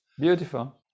Beautiful